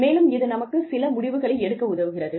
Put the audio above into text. மேலும் இது நமக்கு சில முடிவுகளை எடுக்க உதவுகிறது